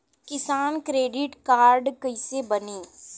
किसान credit card कइसे बानी?